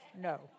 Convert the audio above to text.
No